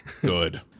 good